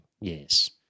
Yes